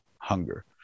hunger